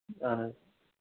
اَہَن حظ